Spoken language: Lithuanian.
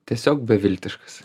tiesiog beviltiškas